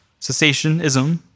cessationism